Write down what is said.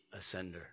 Ascender